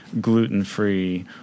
gluten-free